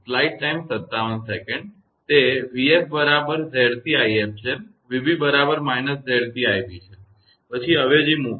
તે 𝑣𝑓 બરાબર 𝑍𝑐𝑖𝑓 છે અને 𝑣𝑏 બરાબર −𝑍𝑐𝑖𝑏 છે પછી અવેજી મૂકો